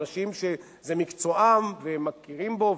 אנשים שזה מקצועם והם מכירים בו,